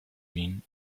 been